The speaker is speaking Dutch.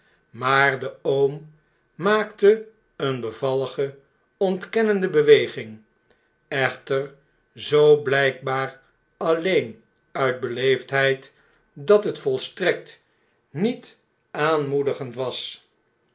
maar de oom maakte eene bevallige ontkennende beweging echter zoo blpbaar alleen uit beleefdheid dat het volstrekt niet aanmoedigend was